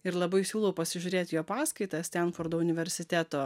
ir labai siūlau pasižiūrėti jo paskaitas stenfordo universiteto